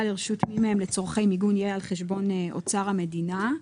לרשות מי מהם לצורכי מיגון יהיה על חשבון אוצר המדינה,